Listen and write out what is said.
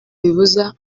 bibuza